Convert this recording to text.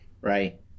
Right